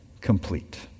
complete